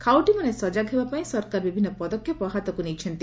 ଖାଉଟିମାନେ ସଜାଗ ହେବା ପାଇଁ ସରକାର ବିଭିନ୍ନ ପଦକ୍ଷେପ ହାତକୁ ନେଉଛନ୍ତି